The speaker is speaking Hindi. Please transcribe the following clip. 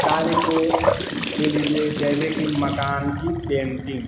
कार्य को ले लीजिए जैसे कि मकान की पेंटिंग